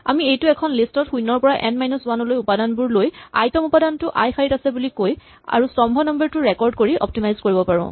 আমি এইটো এখন লিষ্ট ত শূণ্যৰ পৰা এন মাইনাচ ৱান লৈ উাপাদানবোৰ লৈ আই তম উপাদানটো আই শাৰীত আছে বুলি কৈ আৰু স্তম্ভ নম্বৰ টো ৰেকৰ্ড কৰি অপ্তিমাইজ কৰিব পাৰো